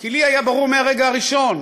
כי לי היה ברור מהרגע הראשון